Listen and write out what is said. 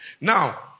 Now